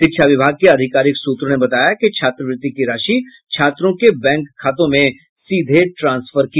शिक्षा विभाग के अधिकारिक सूत्रों ने बताया कि छात्रवृत्ति की राशि छात्रों के बैंक खातों में सीधे ट्रांसफर की जायेगी